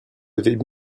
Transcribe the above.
avez